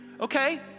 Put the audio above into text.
Okay